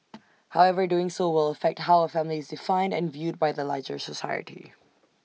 however doing so will affect how A family is defined and viewed by the larger society